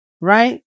right